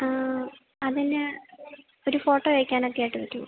ആ അതിന് ഒരു ഫോട്ടോ അയക്കാനൊക്കെ ആയിട്ട് പറ്റുമോ